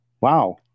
Wow